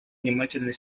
внимательно